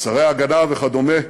שרי הגנה וכדומה.